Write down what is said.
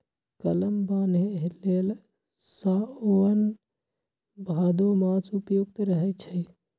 कलम बान्हे लेल साओन भादो मास उपयुक्त रहै छै